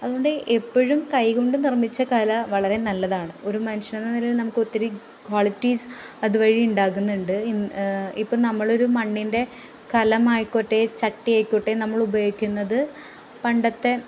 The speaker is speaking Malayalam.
അതുകൊണ്ട് എപ്പോഴും കൈകൊണ്ട് നിർമ്മിച്ച കല വളരെ നല്ലതാണ് ഒരു മനുഷ്യനെന്ന നിലയിൽ നമുക്കൊത്തിരി ക്വാളിറ്റീസ് അതുവഴി ഉണ്ടാകുന്നുണ്ട് ഇ ഇപ്പം നമ്മളൊരു മണ്ണിൻ്റെ കലമായിക്കോട്ടെ ചട്ടി ആയിക്കോട്ടെ നമ്മളുപയോഗിക്കുന്നത് പണ്ടത്തെ